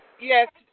Yes